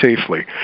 safely